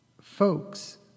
folks